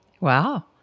Wow